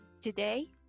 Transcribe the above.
Today